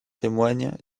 témoignent